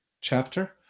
chapter